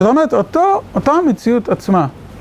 זאת אומרת, אותה המציאות עצמה.